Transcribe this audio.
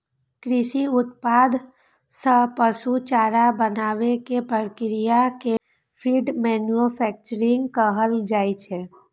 कृषि उत्पाद सं पशु चारा बनाबै के प्रक्रिया कें फीड मैन्यूफैक्चरिंग कहल जाइ छै